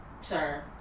sir